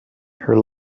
her